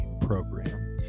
program